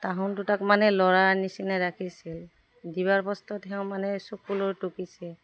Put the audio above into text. তাহোঁন দুটাক মানে ল'ৰাৰ নিচিনা ৰাখিছিল দিবাৰ তেওঁ মানে চকুলু টুকিছে